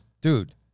Dude